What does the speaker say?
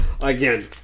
again